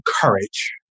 courage